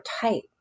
tight